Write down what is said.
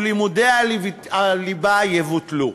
ולימודי הליבה יבוטלו.